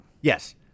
Yes